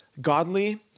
godly